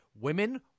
Women